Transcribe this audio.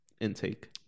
intake